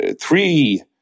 three